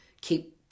keep